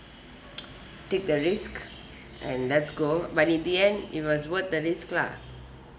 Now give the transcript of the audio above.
take the risk and let's go but in the end it was worth the risk lah